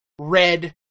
red